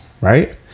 right